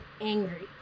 angry